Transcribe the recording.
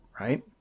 right